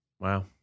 Wow